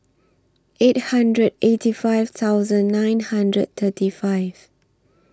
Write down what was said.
eight hundred eighty five thousand nine hundred thirty five